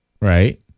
Right